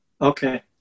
Okay